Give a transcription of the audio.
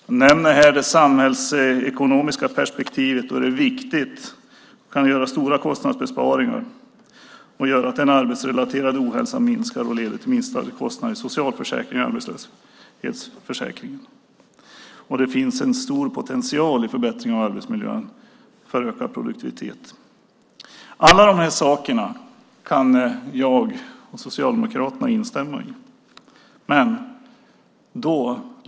Jag nämner här det samhällsekonomiska perspektivet, då det är viktigt och kan leda till stora kostnadsbesparingar. En arbetsrelaterad ohälsa kan minska och då leda till minskade kostnader i socialförsäkring och arbetslöshetsförsäkring. Det finns en stor potential i förbättring av arbetsmiljön för ökad produktivitet. Alla de här sakerna kan jag och Socialdemokraterna instämma i.